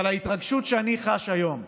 אבל ההתרגשות שאני חש היום,